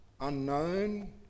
unknown